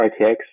RTX